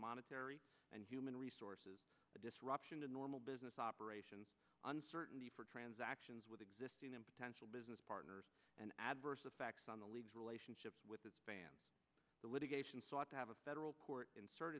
monetary and human resources disruption to normal business operations uncertainty for transactions with existing and potential business partners and adverse effects on the league's relationship with the litigation sought to have a federal court insert